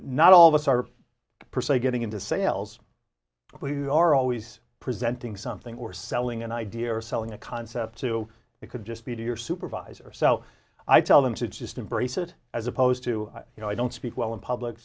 not all of us are getting into sales but we are always presenting something or selling an idea or selling a concept to it could just be to your supervisor so i tell them to just embrace it as opposed to you know i don't speak well in public